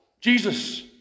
Jesus